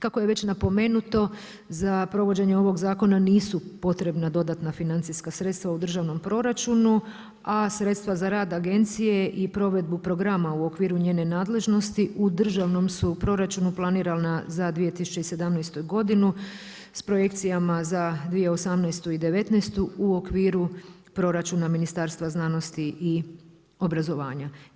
Kako je već napomenuto, za provođenje ovog zakona nisu potreba dodatna sredstva financijska sredstva u državnom proračunu, a sredstva za rad agencije i provedbu programa u okviru njene nadležnosti, u državnom su proračunu planirana za 2017. godinu sa projekcijama za 2018. i 2019. u okviru proračuna Ministarstva znanosti i obrazovanja.